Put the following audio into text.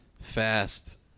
fast